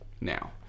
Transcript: now